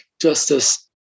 Justice